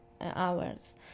hours